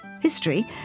History